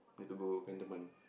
need to go Cantonment